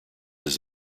his